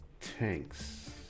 tanks